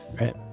Right